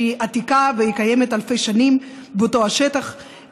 שהיא עתיקה והיא קיימת אלפי שנים באותו השטח,